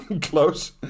Close